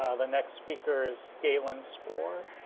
ah the next speaker is caitlin spore